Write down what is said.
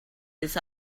this